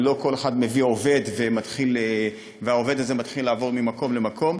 ולא כל אחד מביא עובד והעובד הזה מתחיל לעבור ממקום למקום.